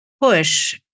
push